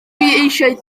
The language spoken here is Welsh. eisiau